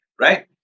right